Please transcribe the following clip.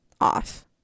off